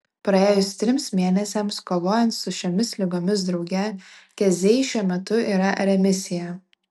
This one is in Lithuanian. praėjus trims mėnesiams kovojant su šiomis ligomis drauge keziai šiuo metu yra remisija